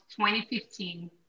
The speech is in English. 2015